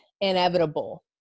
inevitable